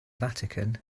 vatican